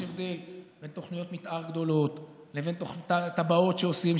יש הבדל בין תוכניות מתאר גדולות לבין תב"עות שעושים.